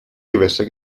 gewässer